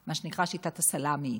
מה שנקרא שיטת הסלמי,